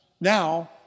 Now